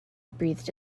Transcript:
breathed